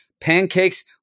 pancakes